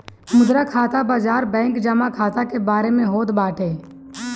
मुद्रा खाता बाजार बैंक जमा खाता के बारे में होत बाटे